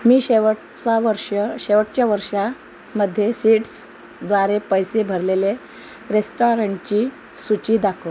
मी शेवटचा वर्ष शेवटच्या वर्षामध्ये सिड्सद्वारे पैसे भरलेले रेस्टॉरंटची सूची दाखवा